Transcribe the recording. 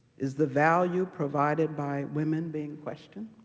is the value provided by women being questioned?